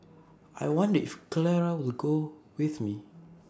I wonder if Clara will go with me